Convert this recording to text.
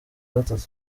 gatatu